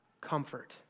comfort